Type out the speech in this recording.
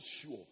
sure